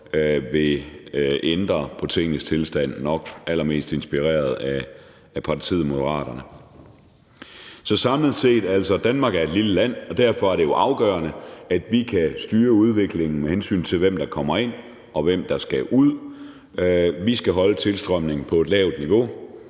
vil ændre på tingenes tilstand – nok allermest inspireret af partiet Moderaterne. Så samlet set vil jeg sige, at Danmark er et lille land, og derfor er det jo afgørende, at vi kan styre udviklingen, med hensyn til hvem der kommer ind, og hvem der skal ud. Vi skal holde tilstrømningen på et lavt niveau,